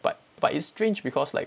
but but it's strange because like